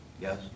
Yes